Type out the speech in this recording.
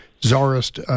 Tsarist